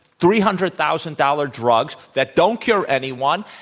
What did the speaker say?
three hundred thousand dollars drugs that don't cure anyone,